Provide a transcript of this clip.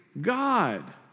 God